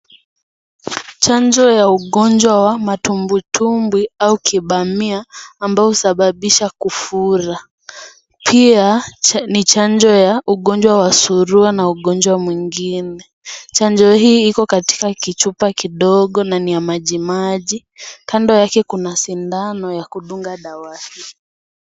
Chanjo ya ugonjwa wa matumbwitumbwi au kibamia kinacho sababisha kufura, pia ni chanjo ya ugonjwa wa surua na ugonjwa mwingine. Chanjo hii iko katika chupa kidogo na ni ya majimaji Kando yake kuna sindano ya kudunga dawa hio.